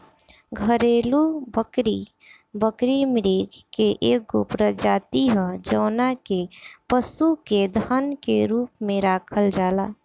घरेलु बकरी, बकरी मृग के एगो प्रजाति ह जवना के पशु के धन के रूप में राखल जाला